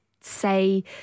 say